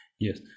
Yes